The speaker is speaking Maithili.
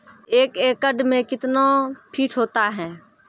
एक एकड मे कितना फीट होता हैं?